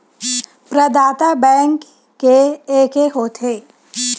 प्रदाता बैंक के एके होथे?